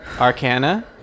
Arcana